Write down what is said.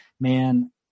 Man